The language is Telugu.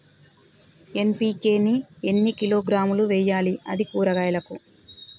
ఎన్.పి.కే ని ఎన్ని కిలోగ్రాములు వెయ్యాలి? అది కూరగాయలకు?